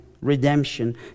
redemption